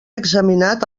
examinat